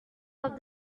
off